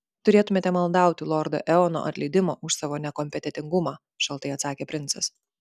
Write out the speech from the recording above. turėtumėte maldauti lordo eono atleidimo už savo nekompetentingumą šaltai atsakė princas